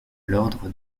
l’ordre